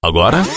Agora